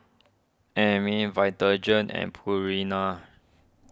Vitagen and Purina